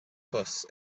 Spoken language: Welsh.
bws